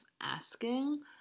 asking